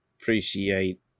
appreciate